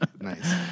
Nice